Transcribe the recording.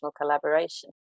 collaboration